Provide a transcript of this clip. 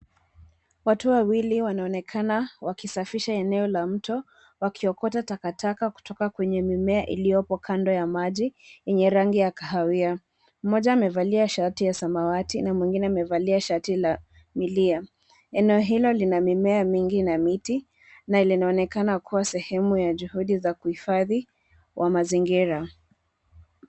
Watu wawili wanaonekana, wakisafisha eneo la mto, wakiokota takataka kutoka kwenye mimea iliyopo kando ya maji, yenye rangi ya kahawia. Mmoja amevalia shati ya samawati, na mwingine amevalia shati la milia. Eneo hilo lina mimea mingi na miti, na linaonekana kuwa sehemu ya juhudi za kuhifadhi, wa mazingira.